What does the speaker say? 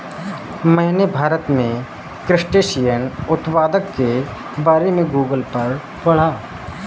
मैंने भारत में क्रस्टेशियन उत्पादन के बारे में गूगल पर पढ़ा